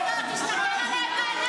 תודה רבה.